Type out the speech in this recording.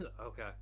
Okay